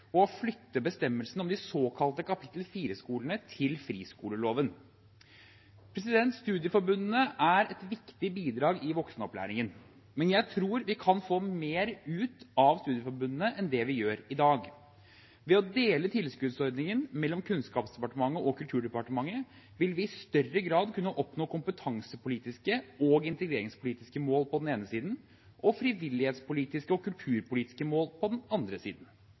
og å flytte bestemmelsene om de såkalte kapittel 4-skolene til friskoleloven. Studieforbundene er et viktig bidrag i voksenopplæringen, men jeg tror vi kan få mer ut av studieforbundene enn det vi gjør i dag. Ved å dele tilskuddsordningen mellom Kunnskapsdepartementet og Kulturdepartementet vil vi i større grad kunne oppnå kompetansepolitiske og integreringspolitiske mål på den ene siden og frivillighetspolitiske og kulturpolitiske mål på den andre siden.